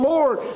Lord